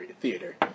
theater